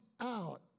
out